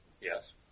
Yes